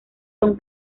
son